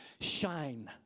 shine